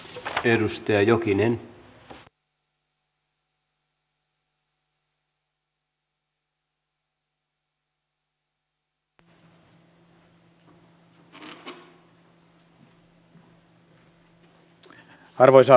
arvoisa herra puhemies